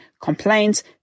complaints